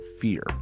fear